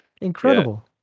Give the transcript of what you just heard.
Incredible